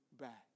back